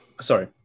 sorry